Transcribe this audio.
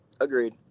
agreed